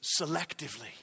selectively